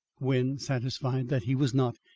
when satisfied that he was not,